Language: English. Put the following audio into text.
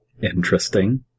Interesting